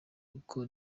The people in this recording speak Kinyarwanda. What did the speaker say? uko